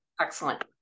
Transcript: excellent